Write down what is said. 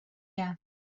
that